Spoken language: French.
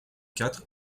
quatre